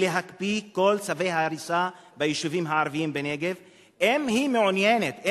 ולהקפיא את כל צווי ההריסה ביישובים הערביים בנגב אם היא מעוניינת,